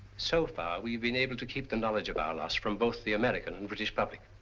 so far we've been able to keep the knowledge of our loss from both the american and british public.